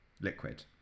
liquid